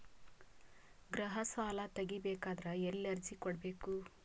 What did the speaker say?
ಗೃಹ ಸಾಲಾ ತಗಿ ಬೇಕಾದರ ಎಲ್ಲಿ ಅರ್ಜಿ ಕೊಡಬೇಕು?